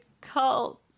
cult